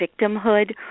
victimhood